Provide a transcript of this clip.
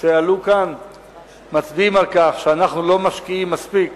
שעלו כאן מצביעים על כך שאנחנו לא משקיעים מספיק,